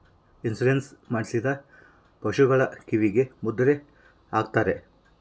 insurance ಮಾಡಿಸಿದ ಪಶುಗಳ ಕಿವಿಗೆ ಮುದ್ರೆ ಹಾಕ್ತಾರೆ